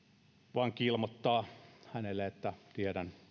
vanki ilmoittaa hänelle että tiedän